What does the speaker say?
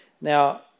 Now